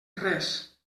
res